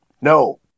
No